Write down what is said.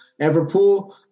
Everpool